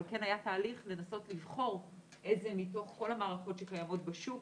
אבל כן היה תהליך לנסות לבחור איזה מתוך כל המערכות שקיימות בשוק